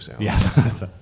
Yes